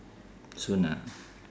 soon ah